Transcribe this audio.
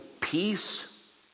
peace